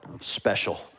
special